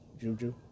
Juju